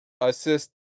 assist